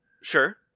Sure